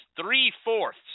three-fourths